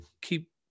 keep